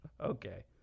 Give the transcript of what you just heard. Okay